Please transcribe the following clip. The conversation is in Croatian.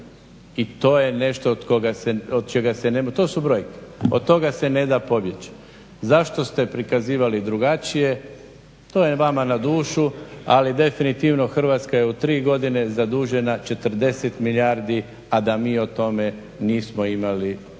i to je nešto od čega se, to su brojke, od toga se ne da pobjeći. Zašto se prikazivali drugačije to je vama na dušu, ali definitivno Hrvatska je u tri godine zadužena 40 milijardi, a da mi o tome nismo imali pojma